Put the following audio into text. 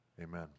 Amen